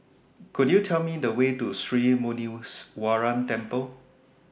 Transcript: Could YOU Tell Me The Way to Sri Muneeswaran Temple